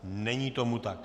Není tomu tak.